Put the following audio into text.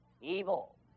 evil